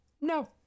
No